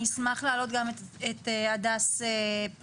אני אשמח להעלות גם את הדס פרבר.